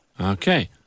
Okay